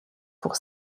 pour